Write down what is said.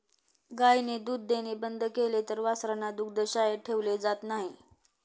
गायीने दूध देणे बंद केले तर वासरांना दुग्धशाळेत ठेवले जात नाही